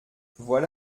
voilà